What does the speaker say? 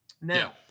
Now